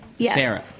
Sarah